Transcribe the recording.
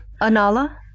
Anala